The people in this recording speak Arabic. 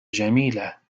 جميلة